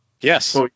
Yes